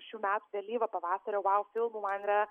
šių metų vėlyvo pavasario vau filmų man yra